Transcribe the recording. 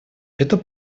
это